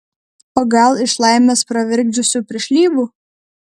o gal iš laimės pravirkdžiusių piršlybų